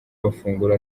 amafunguro